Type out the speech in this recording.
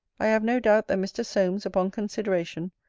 i have no doubt that mr. solmes, upon consideration,